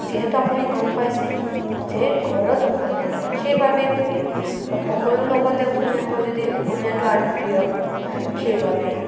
যিহেতু আপুনি গম পাইছেই যে ঘৰত অসমীয়া কয় সেইবাবে প্ৰিয় আৰু সকলো লগতে অসমীয়া কয় যদি অসমীয়াটো আৰু প্ৰিয় সেইবাবে